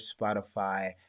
Spotify